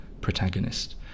protagonist